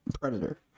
Predator